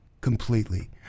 completely